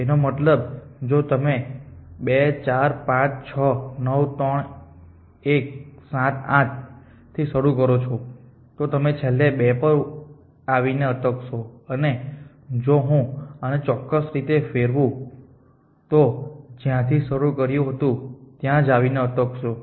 એનો મતલબ જો તમે 2 4 5 6 9 3 1 7 8 થી શરુ કરો છો તો તમે છેલ્લે 2 ઉપર આવી ને એટકશો અને જો હું આને ચોક્કસ રીતે ફેરવું તો જ્યાં થી શરુ કર્યું હતું ત્યાં જ આવીને અટકશો